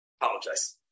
apologize